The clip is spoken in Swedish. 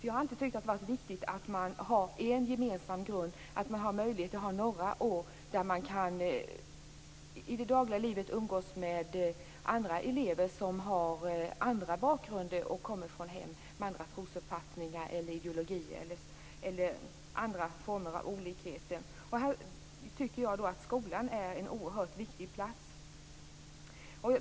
Jag har alltid tyckt att det har varit viktigt att man har en gemensam grund och att man under några år i det dagliga livet kan umgås med elever som har annan bakgrund och kommer från hem där andra trosuppfattningar eller ideologier råder. Det kan också gälla andra former av olikheter. Här tycker jag att skolan är en oerhört viktig plats.